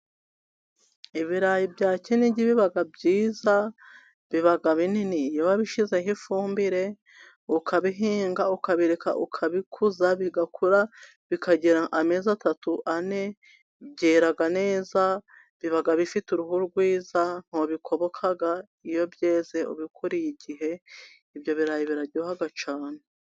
Ibirayi bya Kinigi biba byiza, biba binini iyo wabishyizeho ifumbire ukabihinga ukabireka ,ukabikuza bigakura bikagera amezi atatu, ane, byera neza, biba bifite uruhu rwiza ntibikoboka iyo byeze ubikuriye igihe. Ibyo birayi biraryoha cyane.